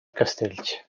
castells